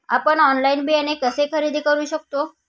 आपण ऑनलाइन बियाणे कसे खरेदी करू शकतो?